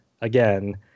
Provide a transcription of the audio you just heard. again